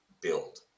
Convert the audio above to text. build